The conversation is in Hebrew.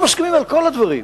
לא מסכימים על כל הדברים.